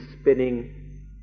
spinning